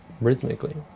rhythmically